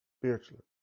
spiritually